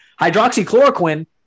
hydroxychloroquine